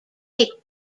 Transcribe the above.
take